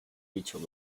which